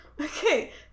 Okay